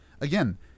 again